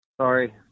sorry